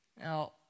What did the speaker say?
Now